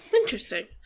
interesting